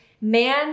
man